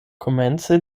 komence